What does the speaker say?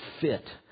fit